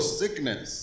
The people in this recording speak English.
sickness